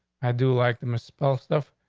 i do like the misspell stuff.